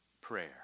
prayer